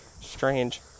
Strange